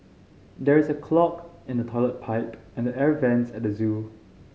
there is a clog in the toilet pipe and the air vents at the zoo